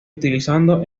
utilizando